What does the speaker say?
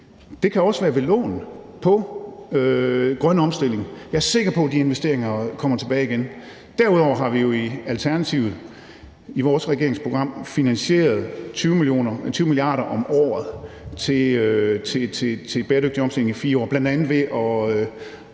det kan også være ved lån, på grøn omstilling. Jeg er sikker på, at de investeringer kommer tilbage igen. Derudover har vi jo i Alternativet i vores regeringsprogram finansieret 20 mia. kr. om året til bæredygtig omstilling i 4 år, bl.a. ved at